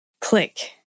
click